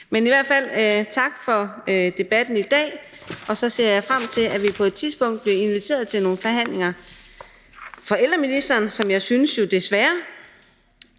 Men i hvert fald vil jeg sige tak for debatten i dag, og så ser jeg frem til, at vi på et tidspunkt bliver inviteret til nogle forhandlinger af ældreministeren, som jeg desværre